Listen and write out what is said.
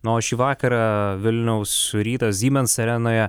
nors šį vakarą vilniaus rytas siemens arenoje